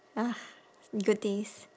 ah good days